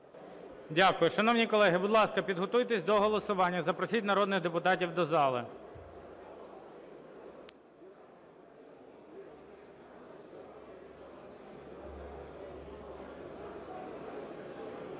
Дякую. Шановні колеги, будь ласка, підготуйтесь до голосування і запросіть народних депутатів до залу.